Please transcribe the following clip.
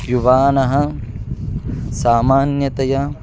युवानः सामान्यतया